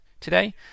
today